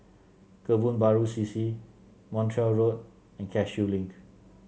Kebun Baru C C Montreal Road and Cashew Link